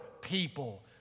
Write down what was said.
people